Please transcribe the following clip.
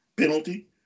penalty